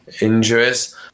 injuries